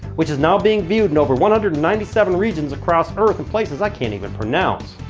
which is now being viewed in over one hundred and ninety seven regions across earth, in places i can't even pronounce.